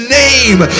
name